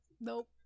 Nope